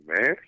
man